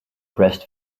breast